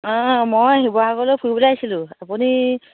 অঁ মই শিৱসাগৰলৈ ফুৰিবলৈ আহিছিলোঁ আপুনি